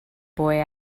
boy